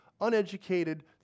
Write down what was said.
uneducated